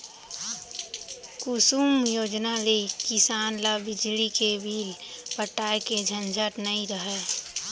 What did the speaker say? कुसुम योजना ले किसान ल बिजली के बिल पटाए के झंझट नइ रहय